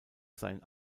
sein